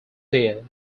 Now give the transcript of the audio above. deer